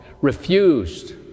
refused